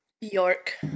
York